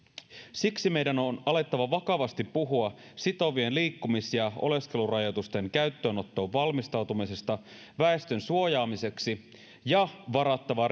siksi meidän on alettava vakavasti puhua sitovien liikkumis ja oleskelurajoitusten käyttöönottoon valmistautumisesta väestön suojaamiseksi ja varattava